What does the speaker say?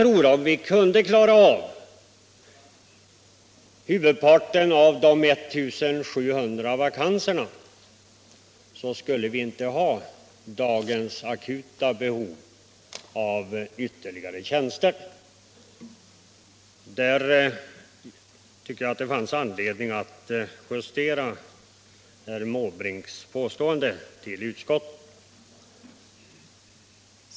Om vi kunde klara av huvudparten av de 1700 vakanserna, tror jag att vi inte skulle ha ett sådant akut behov av ytterligare tjänster som vi i dag har. Jag tycker att det på den punkten fanns anledning att komplettera herr Måbrinks uttalande till utskottet.